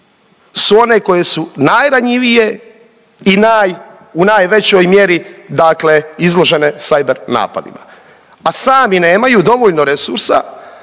su one koje su najranjivije i u najvećoj mjeri, dakle izložene cyber napadima, a sami nemaju dovoljno resursa